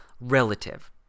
relative